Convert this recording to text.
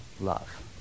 love